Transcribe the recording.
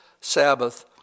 Sabbath